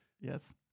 Yes